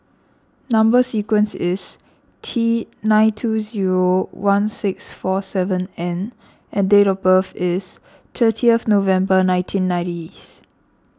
Number Sequence is T nine two zero one six four seven N and date of birth is thirtieth November nineteen nineties